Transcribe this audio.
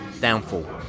downfall